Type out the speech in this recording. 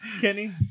Kenny